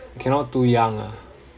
cannot too young ah